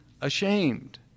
ashamed